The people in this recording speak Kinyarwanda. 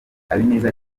habineza